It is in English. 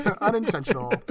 unintentional